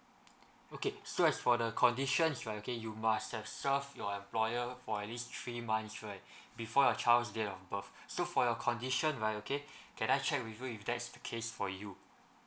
okay so as for the conditions right okay you must have served your employer for at least three months right before the child's date of birth so for your condition right okay can I check with you if that's the case for you